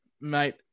Mate